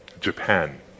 Japan